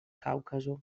caucaso